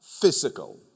physical